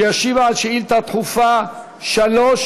שישיב על שאילתה דחופה מס'